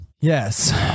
Yes